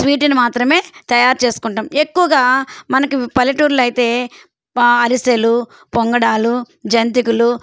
స్వీటుని మాత్రమే తయారు చేసుకుంటాము ఎక్కువగా మనకు పల్లెటూర్లలో అయితే అరిసెలు పొంగడాలు జంతికలు